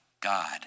God